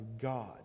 God